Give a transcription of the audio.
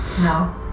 No